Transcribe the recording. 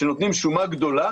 שנותנים שומה גדולה,